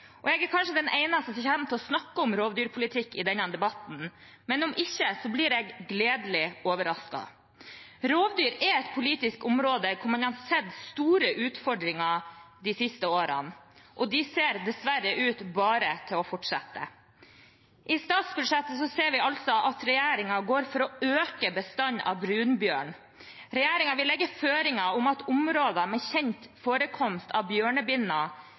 blir jeg gledelig overrasket. Rovdyr er et politisk område der man har sett store utfordringer de siste årene, og de ser dessverre bare ut til å fortsette. I statsbudsjettet ser vi at regjeringen går inn for å øke bestanden av brunbjørn. Regjeringen vil legge føringer om at områder med kjent forekomst av